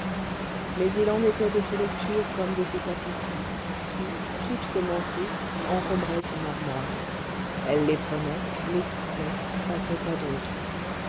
mais il en était de ses lectures comme de ses tapisseries qui toutes commencées encombraient son armoire elle les prenait les quittait passait à d'autres